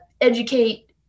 educate